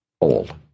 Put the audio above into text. old